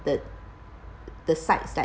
the the sights sight